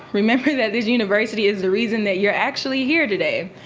remember that this university is the reason that you are actually here today.